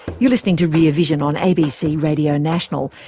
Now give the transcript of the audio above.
you're listening to rear vision on abc radio national.